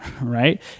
right